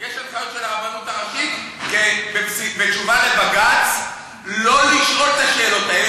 יש הנחיות של הרבנות הראשית בתשובה לבג"ץ לא לשאול את השאלות האלה.